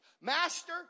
Master